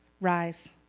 Rise